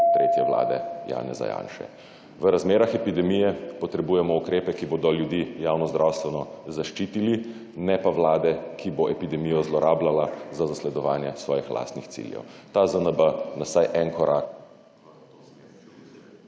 tretje Vlade Janeza Janše. V razmerah epidemije potrebujemo ukrepe, ki bodo ljudi javnozdravstveno zaščitili, ne pa vlade, ki bo epidemijo zlorabljala za zasledovanje svojih lastnih ciljev. Ta ZNB nas vsaj en korak…